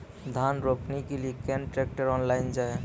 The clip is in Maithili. धान रोपनी के लिए केन ट्रैक्टर ऑनलाइन जाए?